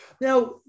Now